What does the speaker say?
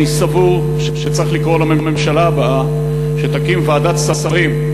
אני סבור שצריך לקרוא לממשלה הבאה שתקים ועדת שרים,